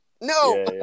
no